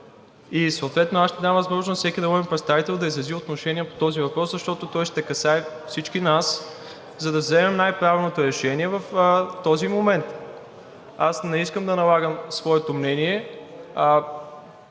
и съответно аз ще дам възможност на всеки народен представител да изрази отношение по този въпрос, защото той ще касае всички нас, за да вземем най-правилното решение в този момент. Аз не искам да налагам своето мнение.